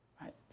right